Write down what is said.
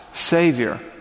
savior